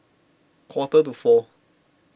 quarter to four